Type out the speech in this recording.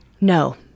No